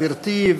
גברתי,